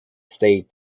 state